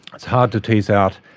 it's hard to tease out.